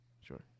sure